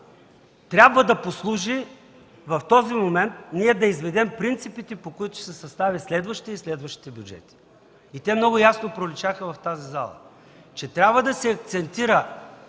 трябва да послужи в този момент ние да изведем принципите, по които ще се състави следващият и следващите бюджети. Те много ясно проличаха в тази зала, че трябва да се акцентира